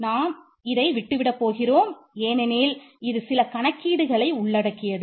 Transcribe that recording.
நாம் இதை விட்டு விடப் போகிறோம் ஏனெனில் இது சில கணக்கீடுகளை உள்ளடக்கியது